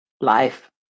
Life